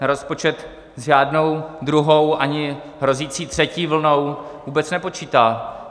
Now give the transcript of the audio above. Rozpočet s žádnou druhou ani hrozící třetí vlnou vůbec nepočítá.